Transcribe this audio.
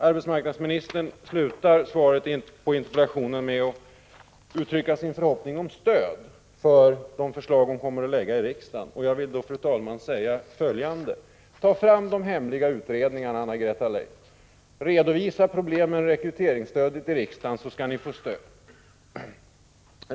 Arbetsmarknadsministern slutar svaret på interpellationen med att uttrycka sin förhoppning om ett stöd för de förslag som hon kommer att lägga i riksdagen. Jag vill då, fru talman, säga följande. Tag fram de hemliga utredningarna, Anna-Greta Leijon! Redovisa problemen med rekryteringsstödet i riksdagen så skall ni få stöd!